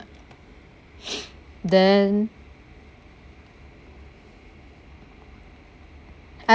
then I